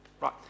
Right